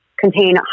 contain